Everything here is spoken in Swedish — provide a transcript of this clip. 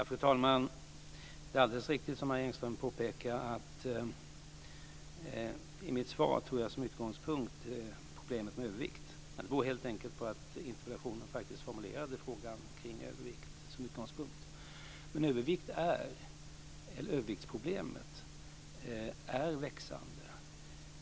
Fru talman! Det är alldeles riktigt som Marie Engström påpekar, att utgångspunkten i mitt svar var problemet med övervikt. Det beror helt enkelt på att interpellationen utgick från problemet med övervikt. Överviktsproblemet är växande.